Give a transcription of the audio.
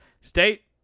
State